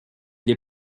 les